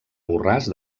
borràs